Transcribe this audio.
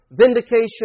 vindication